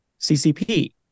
CCP